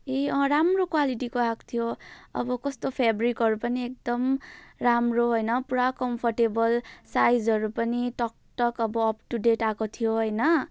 ए अँ राम्रो क्वालिटीको आएको थियो अब कस्तो फ्याब्रिकहरू पनि एकदम राम्रो हैन पुरा कम्फर्टेबल साइजहरू पनि टक् टक् अब अपटुडेट आएको थियो हैन